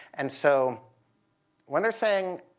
and so when they're saying,